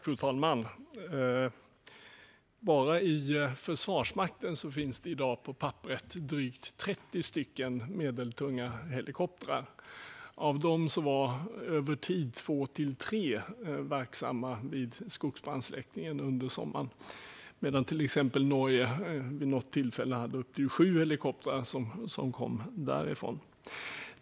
Fru talman! Bara i Försvarsmakten finns det i dag på papperet drygt 30 medeltunga helikoptrar. Av dem var över tid två till tre verksamma vid skogsbrandssläckningen under sommaren medan det till exempel vid något tillfälle var upp till sju helikoptrar från Norge.